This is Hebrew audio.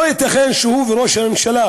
לא ייתכן שהוא וראש הממשלה